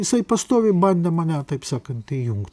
jisai pastoviai bandė mane taip sakantį įjungt